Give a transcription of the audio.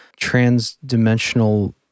trans-dimensional